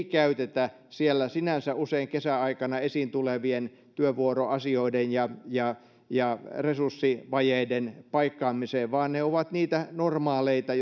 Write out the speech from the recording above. käytetä siellä sinänsä usein kesäaikana esiin tulevien työvuoroasioiden ja ja resurssivajeiden paikkaamiseen vaan ne ovat niitä normaaleita